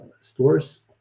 stores